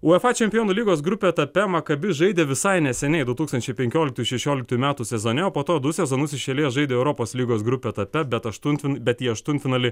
uefa čempionų lygos grupių etape maccabi žaidė visai neseniai du tūkstančiai penkioliktų šešioliktųjų metų sezone po to du sezonus iš eilės žaidė europos lygos grupių etape bet aštuntfin bet į aštuntfinalį